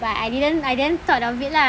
but I didn't I didn't thought of it lah